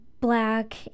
black